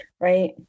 right